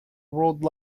word